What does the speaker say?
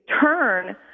turn